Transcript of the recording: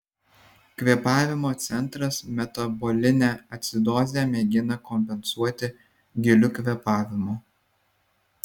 kvėpavimo centras metabolinę acidozę mėgina kompensuoti giliu kvėpavimu